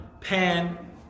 Pan